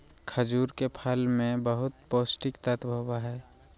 खजूर के फल मे बहुत पोष्टिक तत्व होबो हइ